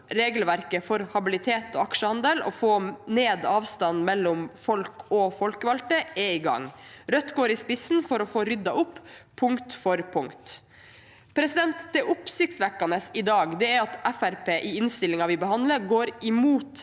regelverket for habilitet og aksjeandel og få ned avstanden mellom folk og folkevalgte er i gang. Rødt går i spissen for å få ryddet opp punkt for punkt. Det oppsiktsvekkende i dag er at Fremskrittspartiet i innstillingen vi behandler, går imot